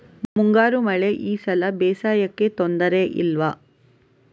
ಮುಂಗಾರು ಮಳೆ ಈ ಸಲ ಬೇಸಾಯಕ್ಕೆ ತೊಂದರೆ ಇಲ್ವ?